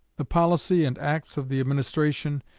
the policy and acts of the administration,